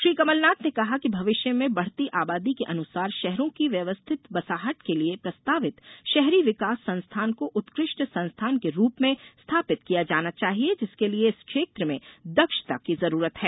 श्री कमलनाथ ने कहा कि भविष्य में बढ़ती आबादी के अनुसार शहरों की व्यवस्थित बसाहट के लिए प्रस्तावित शहरी विकास संस्थान को उत्कृष्ट संस्थान के रूप में स्थापित किया जाना चाहिये जिसके लिए इस क्षेत्र में दक्षता की जरूरत है